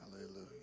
Hallelujah